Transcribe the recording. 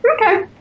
Okay